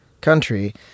country